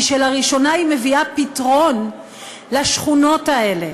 שלראשונה היא מביאה פתרון לשכונות האלה,